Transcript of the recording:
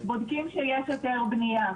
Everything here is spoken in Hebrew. בודקים שיש היתר בנייה.